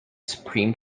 supreme